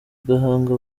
gahanga